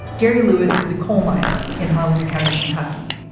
gary lewis is a coal miner in harlan county kentucky.